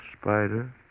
spider